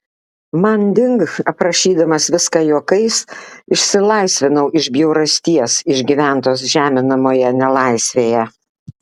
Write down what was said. manding aprašydamas viską juokais išsilaisvinau iš bjaurasties išgyventos žeminamoje nelaisvėje